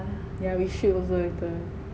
yeah we should also later